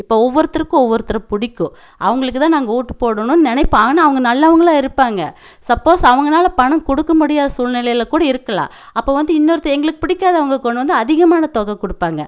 இப்போ ஒவ்வொருத்தருக்கும் ஒவ்வொருத்தரை பிடிக்கும் அவங்களுக்கு தான் நாங்கள் ஓட்டு போடணும்னு நினைப்போம் ஆனால் அவங்க நல்லவங்களாக இருப்பாங்கள் சப்போஸ் அவங்கனால் பணம் கொடுக்க முடியாத சூழ்நிலைல கூட இருக்கலாம் அப்போ வந்து இன்னொருத்தர் எங்களுக்கு பிடிக்காதவங்கள் கொண்டு வந்து அதிகமான தொகை கொடுப்பாங்க